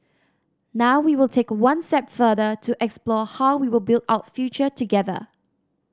now we will take one step further to explore how we will build out future together